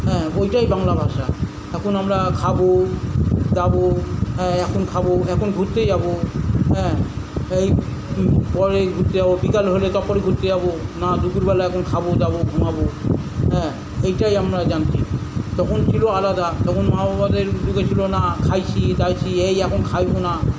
হ্যাঁ ওইটাই বাংলা ভাষা এখন আমরা খাব দাব হ্যাঁ এখন খাব এখন ঘুরতে যাব হ্যাঁ এই পরে ঘুরতে যাব বিকাল হলে তারপরে ঘুরতে যাব না দুপুরবেলা এখন খাব দাব ঘুমাব হ্যাঁ এইটাই আমরা জানছি তখন ছিল আলাদা তখন মা বাবাদের যুগে ছিল না খাইছি দাইছি এই এখন খাইব না